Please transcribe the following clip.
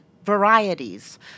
varieties